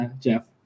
Jeff